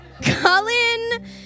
Cullen